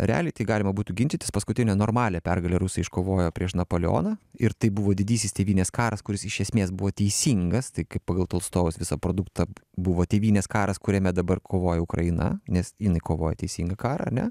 realiai tai galima būtų ginčytis paskutinę normalią pergalę rusai iškovojo prieš napoleoną ir tai buvo didysis tėvynės karas kuris iš esmės buvo teisingas tai kai pagal tolstojaus visą produktą buvo tėvynės karas kuriame dabar kovoja ukraina nes jinai kovoja teisingą karą ane